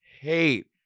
hate